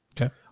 okay